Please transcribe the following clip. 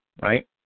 right